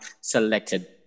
selected